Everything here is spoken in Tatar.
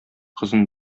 кызын